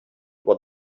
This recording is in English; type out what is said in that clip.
what